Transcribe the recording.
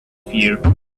fear